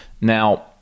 Now